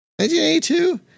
1982